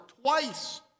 twice